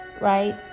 right